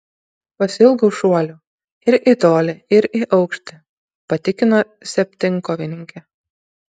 pasiilgau šuolių ir į tolį ir į aukštį patikino septynkovininkė